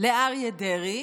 לאריה דרעי